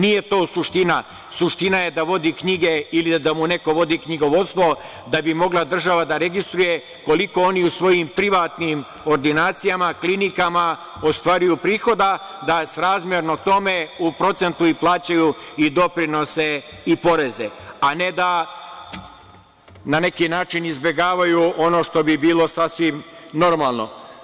Nije to suština, suština je da vodi knjige ili da mu neko vodi knjigovodstvo da bi mogla država da registruje koliko oni u svojim privatnim ordinacijama, klinikama, ostvaruju prihoda, da srazmerno tome u procentu i plaćaju i doprinose i poreze, a ne da neki način izbegavaju ono što bi bilo sasvim normalno.